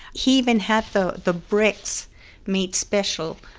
he even had the the bricks made special,